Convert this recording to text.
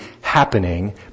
happening